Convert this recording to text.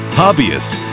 hobbyists